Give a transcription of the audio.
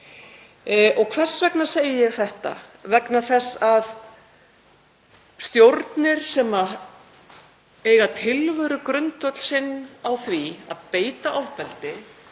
Og hvers vegna segi ég þetta? Vegna þess að stjórnir sem eiga tilverugrundvöll sinn á því að beita ofbeldi,